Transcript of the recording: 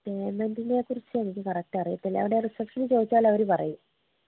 പേയ്മെൻറ്റിനെ കുറിച്ചെനിക്ക് കറക്റ്റ് അറിയില്ല അവിടെ റിസപ്ഷിനിൽ ചോദിച്ചാൽ അവര് പറയും